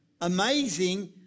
amazing